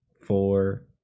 four